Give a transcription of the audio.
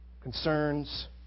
concerns